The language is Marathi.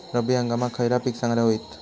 रब्बी हंगामाक खयला पीक चांगला होईत?